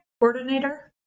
coordinator